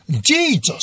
Jesus